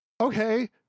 okay